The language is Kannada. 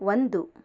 ಒಂದು